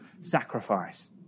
sacrifice